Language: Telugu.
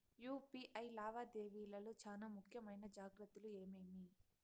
యు.పి.ఐ లావాదేవీల లో చానా ముఖ్యమైన జాగ్రత్తలు ఏమేమి?